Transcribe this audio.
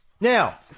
now